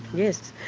yes.